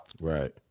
Right